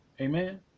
amen